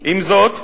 עם זאת,